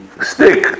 Stick